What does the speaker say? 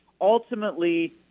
Ultimately